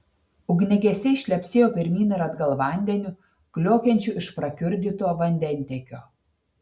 ugniagesiai šlepsėjo pirmyn ir atgal vandeniu kliokiančiu iš prakiurdyto vandentiekio